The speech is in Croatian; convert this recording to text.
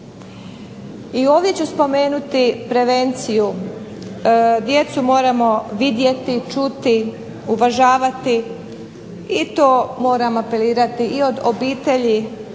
I ovdje ću spomenuti prevenciju. Djecu moramo vidjeti, čuti, uvažavati i to moram apelirati i od obitelji